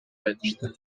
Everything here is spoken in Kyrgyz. айтышты